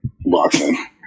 Boxing